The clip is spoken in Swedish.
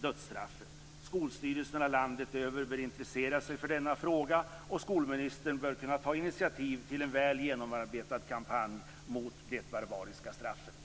dödsstraffet. Skolstyrelserna landet över bör intressera sig för denna fråga, och skolministern bör kunna ta initiativ till en väl genomarbetad kampanj mot det barbariska straffet.